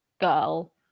girl